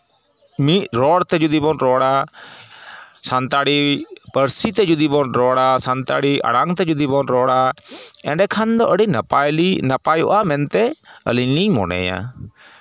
ᱢᱤᱫ ᱨᱚᱲᱛᱮ ᱡᱩᱫᱤ ᱵᱚᱱ ᱨᱚᱲᱟ ᱥᱟᱱᱛᱟᱲᱤ ᱯᱟᱹᱨᱥᱤ ᱛᱮ ᱡᱩᱫᱤ ᱵᱚᱱ ᱨᱚᱲᱟ ᱥᱟᱱᱛᱟᱲᱤ ᱟᱲᱟᱝᱛᱮ ᱡᱩᱫᱤ ᱵᱚᱱ ᱨᱚᱲᱟ ᱮᱸᱰᱮᱠᱷᱟᱱ ᱫᱚ ᱟᱹᱰᱤ ᱱᱟᱯᱟᱭᱞᱤ ᱱᱟᱯᱟᱭᱚᱜᱼᱟ ᱢᱮᱱᱛᱮ ᱟᱹᱞᱤᱧ ᱞᱤᱧ ᱢᱚᱱᱮᱭᱟ